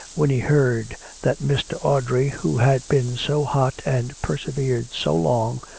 when he heard that mr. audrey, who had been so hot and persevered so long,